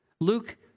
Luke